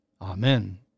Amen